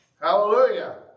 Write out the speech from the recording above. Hallelujah